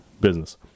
business